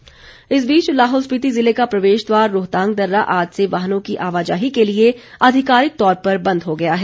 रोहतांग दर्रा इस बीच लाहौल स्पिति जिले का प्रवेश द्वार रोहतांग दर्रा आज से वाहनों की आवाजाही के लिए अधिकारिक तौर पर बंद हो गया है